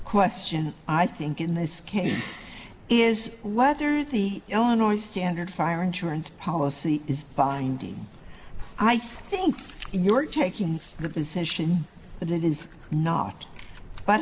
question i think in this case is whether the illinois standard fire insurance policy is binding i think you are taking the position that it is not but